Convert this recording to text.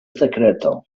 sekreto